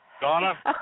Donna